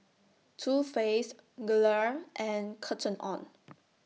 Too Faced Gelare and Cotton on